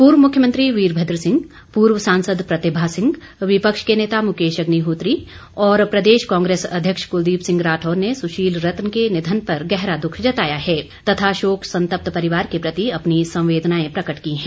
पूर्व मुख्यमंत्री वीरभद्र सिंह पूर्व सांसद प्रतिभा सिंह विपक्ष के नेता मुकेश अग्निहोत्री और प्रदेश कांग्रेस अध्यक्ष कुलदीप सिंह राठौर ने सुशील रतन के निधन पर गहरा दुख जताया है तथा शोक संतप्त परिवार के प्रति अपनी संवेदनाएं प्रकट की हैं